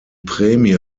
prämie